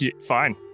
Fine